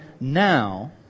now